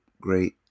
great